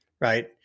right